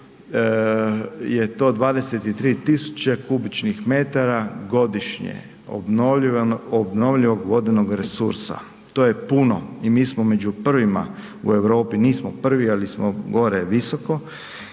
je to 23 000 m3 godišnje obnovljivog vodenog resursa, to je puno i mi smo među prvima u Europi, nismo prvi ali smo gore visoko